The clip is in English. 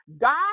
God